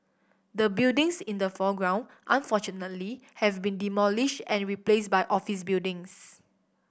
the buildings in the foreground unfortunately have been demolished and replaced by office buildings